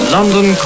London